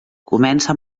comença